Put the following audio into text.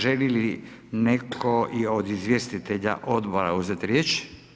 Želi li netko od izvjestitelja odbora uzeti riječ?